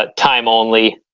ah time only